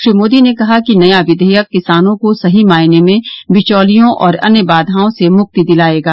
श्री मोदी ने कहा कि नया विधेयक किसानों को सही मायने में बिचौलियों और अन्य बाघाओं से मुक्ति दिलाएगा